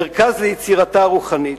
מרכז ליצירתה הרוחנית.